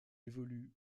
évolue